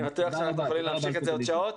אני בטוח שהיינו יכולים להמשיך את זה עוד שעות.